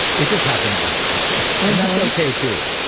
it just happens that way and that's okay too.